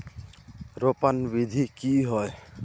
रोपण विधि की होय?